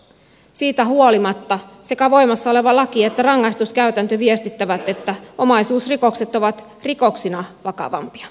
siitä huolimatta sekä voimassa oleva laki että rangaistuskäytäntö viestittävät että omaisuusrikokset ovat rikoksina vakavampia